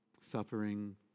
Suffering